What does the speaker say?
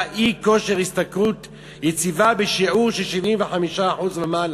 של אי-כושר השתכרות יציבה בשיעור של 75% ומעלה,